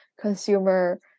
consumer